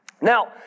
Now